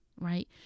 right